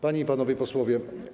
Panie i Panowie Posłowie!